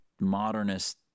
modernist